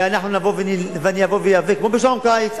ואני אבוא ואיאבק, כמו בשעון קיץ.